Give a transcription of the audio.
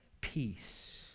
peace